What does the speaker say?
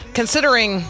considering